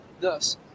thus